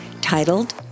titled